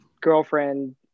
girlfriend